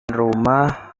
rumah